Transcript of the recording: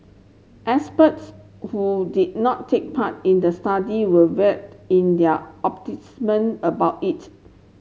experts who did not take part in the study were in their about it